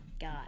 god